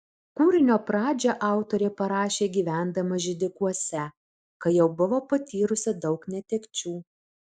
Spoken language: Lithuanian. kūrinio pradžią autorė parašė gyvendama židikuose kai jau buvo patyrusi daug netekčių